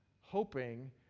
hoping